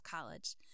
college